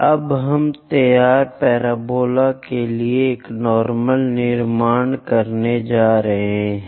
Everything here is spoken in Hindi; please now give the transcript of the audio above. अब हम तैयार पैराबोला के लिए एक नार्मल निर्माण करते हैं